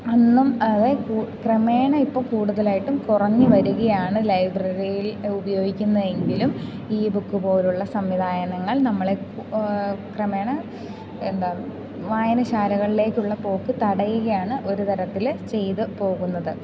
അന്നും അതായത് കൂ ക്രമേണ ഇപ്പോൾ കൂടുതലായിട്ടും കുറഞ്ഞു വരികയാണ് ലൈബ്രറിയിൽ ഉപയോഗിക്കുന്നത് എങ്കിലും ഈ ബുക്ക് പോലെയുള്ള സംവിധാനങ്ങൾ നമ്മളെ ക്രമേണ എന്താ വായനശാലകളിലേക്കുള്ള പോക്ക് തടയുകയാണ് ഒരു തരത്തിൽ ചെയ്തു പോകുന്നത്